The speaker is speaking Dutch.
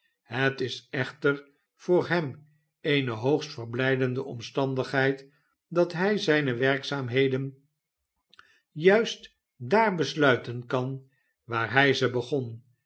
het is echter voor hem eene hoogst verblijdende omstandigheid dat hij zijne werkzaamheden juist daar besluiten kan waar hij ze begon